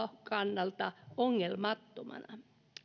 kannalta ongelmattomana